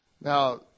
Now